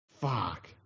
Fuck